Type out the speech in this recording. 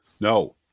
No